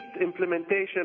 implementation